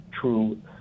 true